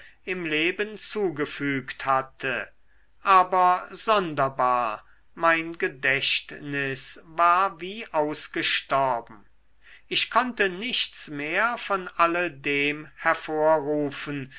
im leben zugefügt hatte aber sonderbar mein gedächtnis war wie ausgestorben ich konnte nichts mehr von alle dem hervorrufen